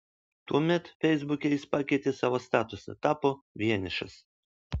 tuomet feisbuke jis pakeitė savo statusą tapo vienišas